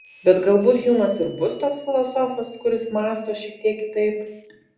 bet galbūt hjumas ir bus toks filosofas kuris mąsto šiek tiek kitaip